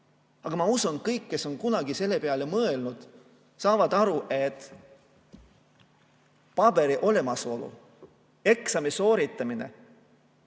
Aga ma usun, et kõik, kes on kunagi selle peale mõelnud, saavad aru, et paberi olemasolu ja eksami sooritamine